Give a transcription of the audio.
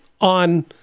on